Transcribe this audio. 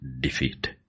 defeat